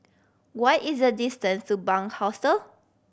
what is the distance to Bunc Hostel